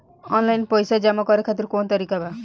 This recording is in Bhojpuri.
आनलाइन पइसा जमा करे खातिर कवन तरीका बा?